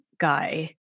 guy